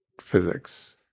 physics